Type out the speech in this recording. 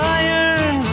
iron